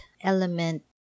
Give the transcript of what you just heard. element